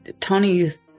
Tony's